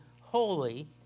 holy